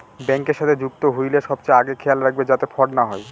ব্যাঙ্কের সাথে যুক্ত হইলে সবচেয়ে আগে খেয়াল রাখবে যাতে ফ্রড না হয়